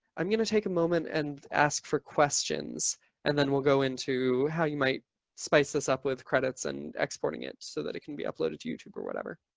i'm going to take a moment and ask for questions and then we'll go into how you might spice this up with credits and exporting it so that it can be uploaded to youtube or whatever.